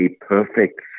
perfect